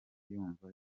yumva